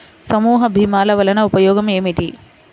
సమూహ భీమాల వలన ఉపయోగం ఏమిటీ?